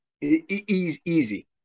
Easy